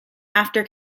after